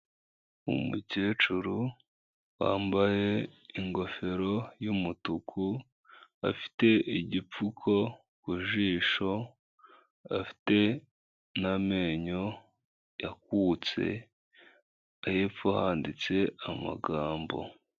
Umukecuru wambaye ingofero y'umutuku, afite igipfuko ku jisho, afite n'amenyo yakutse, hepfo handitse amagambo.